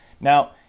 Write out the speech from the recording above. Now